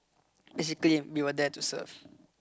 basically we were there to serve